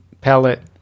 pellet